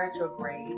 retrograde